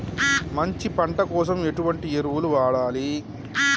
మంచి పంట కోసం ఎటువంటి ఎరువులు వాడాలి?